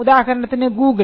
ഉദാഹരണത്തിന് ഗൂഗിൾ